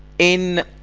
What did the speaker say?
in